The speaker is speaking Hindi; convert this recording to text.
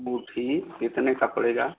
अँगूठी कितने का पड़ेगा